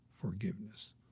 forgiveness